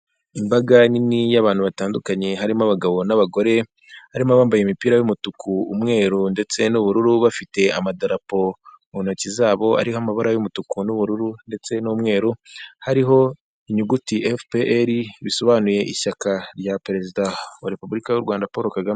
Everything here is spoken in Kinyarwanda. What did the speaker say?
Imbaga nini y'abantu batandukanye harimo: abagabo n'abagore, Harimo:abambaye imipira y'umutuku, umweru ndetse n'ubururu, bafite amadarapo mu ntoki zabo, ariho amabara y'umutuku n'ubururu ndetse n'umweru, hariho inyuguti efupe eri bisobanuye ishyaka rya Perezida wa Repubulika y'u Rwanda Paul Kagame.